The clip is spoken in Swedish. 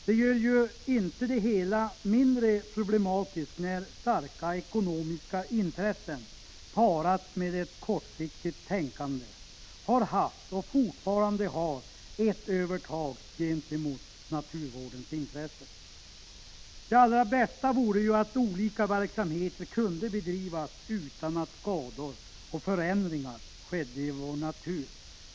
Det gör ju inte det hela mindre problematiskt att starka ekonomiska intressen tillsammans med ett kortsiktigt tänkande har haft och fortfarande har ett övertag över naturvårdens intressen. Det allra bästa vore ju att olika verksamheter kunde bedrivas utan att skador och förändringar skedde i vår natur.